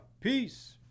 Peace